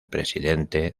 presidente